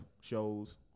shows